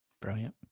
Brilliant